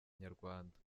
nyarwanda